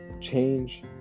change